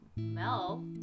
Mel